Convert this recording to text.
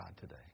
today